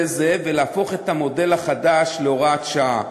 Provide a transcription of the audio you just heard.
זה ולהפוך את המודל החדש להוראת שעה.